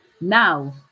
Now